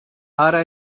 ara